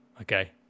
okay